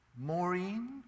Maureen